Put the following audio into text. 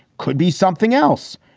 could be something else.